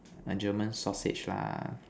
German sausage lah